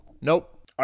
Nope